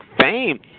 fame